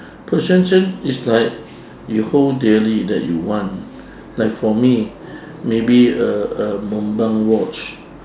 possession is like you hold dearly that you want like for me maybe a a montblanc watch